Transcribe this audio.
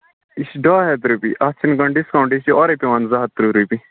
یہِ چھِ ڈاے ہَتھ رۄپیہِ اَتھ چھِنہٕ کانٛہہ ڈِسکاوُنٛٹ یہِ چھُ اورَے پٮ۪وان زٕ ہَتھ تٕرٛہ رۄپیہِ